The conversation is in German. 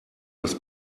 das